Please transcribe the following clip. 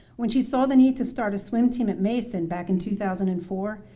when she saw the need to start a swim team at mason back in two thousand and four,